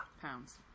pounds